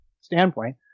standpoint